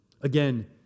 Again